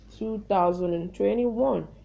2021